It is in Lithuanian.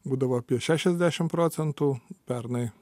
būdavo apie šešiasdešim procentų pernai